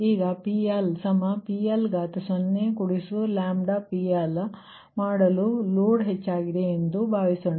ಈಗ PLPL0PL ಮಾಡಲು load ಹೆಚ್ಚಾಗಿದೆ ಎಂದು ಭಾವಿಸೋಣ